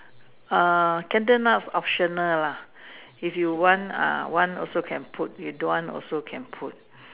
err candle nuts optional lah if you want ah want also can put don't want also can put